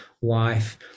wife